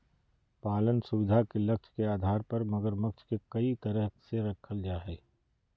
पालन सुविधा के लक्ष्य के आधार पर मगरमच्छ के कई तरह से रखल जा हइ